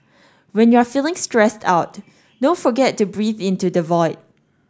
when you are feeling stressed out don't forget to breathe into the void